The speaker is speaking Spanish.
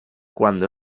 cuando